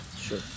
Sure